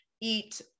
eat